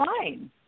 fine